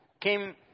came